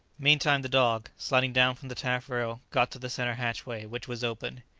meantime the dog, sliding down from the taffrail, got to the centre hatchway, which was open.